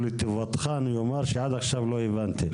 לטובתך אני אומר שעד עכשיו לא הבנתי.